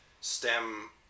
STEM